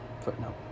footnote